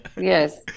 yes